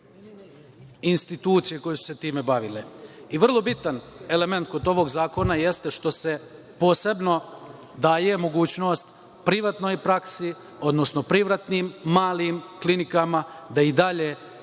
institucije koje su se time bavile. Vrlo bitan element kod ovog zakona jeste što se posebno daje mogućnost privatnoj praksi, odnosno privatnim malim klinikama da i dalje